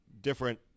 different